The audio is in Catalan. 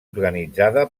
organitzada